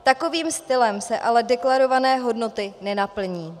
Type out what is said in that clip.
Takovým stylem se ale deklarované hodnoty nenaplní.